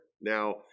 Now